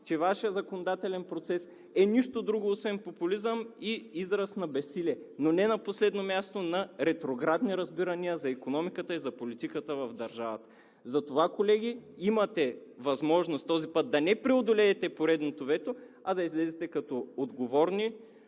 че Вашият законодателен процес е нищо друго освен популизъм и израз на безсилие, и не на последно място, на ретроградни разбирания за икономиката и политиката в държавата. Затова, колеги, този път имате възможност не да преодолеете поредното вето, а да излезете като отговорни